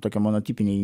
tokia monotipiniai